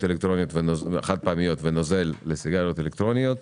חד פעמיות ועל נוזל לסיגריות אלקטרוניות